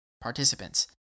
participants